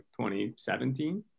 2017